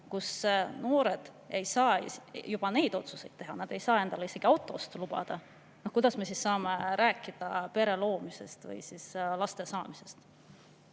et noored ei saa juba neid otsuseid teha, nad ei saa endale isegi autoostu lubada, kuidas me siis saame rääkida pere loomisest, laste saamisest?